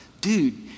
dude